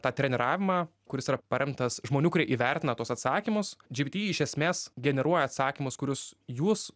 tą treniravimą kuris yra paremtas žmonių kurie įvertina tuos atsakymus gpt iš esmės generuoja atsakymus kurius jūs